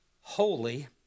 holy